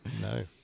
no